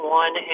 one